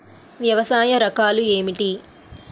వ్యవసాయ రకాలు ఏమిటి?